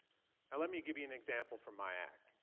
and let me give you an example from my act.